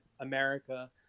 America